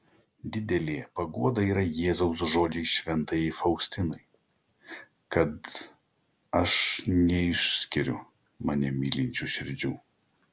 didelė paguoda yra jėzaus žodžiai šventajai faustinai kad aš neišskiriu mane mylinčių širdžių